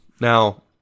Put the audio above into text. Now